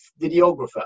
videographer